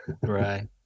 right